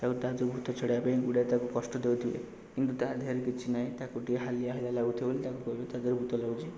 ତା'ପରେ ତା ଦେହରୁ ଭୂତ ଛଡ଼େଇବା ପାଇଁ ଗୁଡ଼ାଏ ତାକୁ କଷ୍ଟ ଦେଉଥିବେ କିନ୍ତୁ ତା ଦେହରେ କିଛି ନାହିଁ ତାକୁ ଟିକେ ହାଲିଆ ହାଲିଆ ଲାଗୁଥିବ ବୋଲି ତାକୁ କହିବେ ତା ଦେହରେ ଭୂତ ଲାଗୁଛି